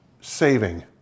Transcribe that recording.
saving